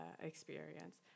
experience